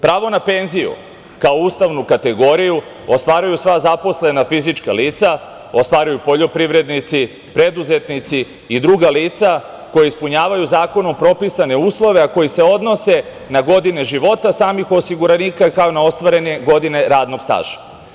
Pravo na penziju kao ustavnu kategoriju ostvaruju sva zaposlena fizička lica, ostvaruju poljoprivrednici, preduzetnici i druga lica koja ispunjavaju zakonom propisane uslove, a koji se odnose na godine života samih osiguranika, kao i na ostvarene godine radnog staža.